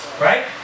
Right